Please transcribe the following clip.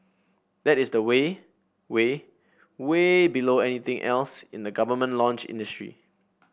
that is way way way below anything else in the government launch industry